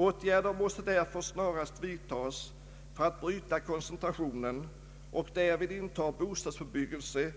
Åtgärder måste därför snarast vidtas för att bryta koncentrationen, och därvid intar bostadsbebyggelse